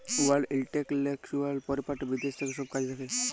world intellectual property বিদ্যাশ থ্যাকে ছব কাজ দ্যাখে